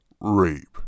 rape